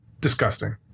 disgusting